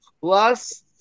plus